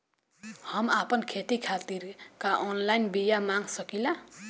हम आपन खेती खातिर का ऑनलाइन बिया मँगा सकिला?